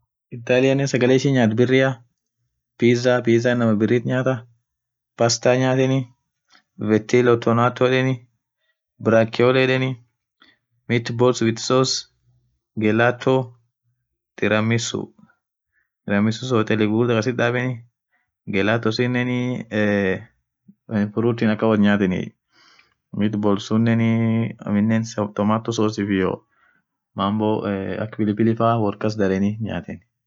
Italianean sagale ishin nyathu birria pizza pizza inamaaa birri nyathaa paster nyatheni veltina oltanato yedheni brakylo yedheni meat boat with souce gelato teraa misuu teramissum hoteli ghughurdha kasith dhabeni gelatosinen fruitin akhan woth nyatheni meat boll sunen anin tomato sauce iyo akaa pilipili faaan wolkasdhereni nyathen